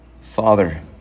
Father